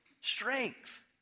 strength